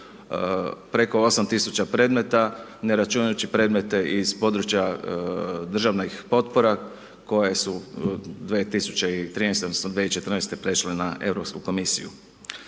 preko 8 tisuća predmeta ne računajući predmete iz područja državnih potpora koje su 2013., odnosno 2014. prešle na Europsku komisiju.